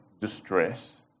distress